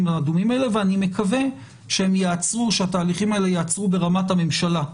האדומים האלה ואני מקווה שהתהליכים האלה ייעצרו ברמת הממשלה,